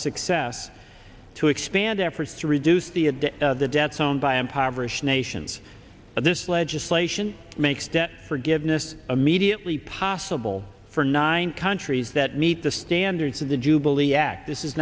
success to expand efforts to reduce the adit the debts owned by impoverished nations but this legislation makes debt forgiveness immediately possible for nine countries that meet the standards of the